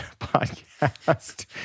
podcast